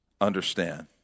understand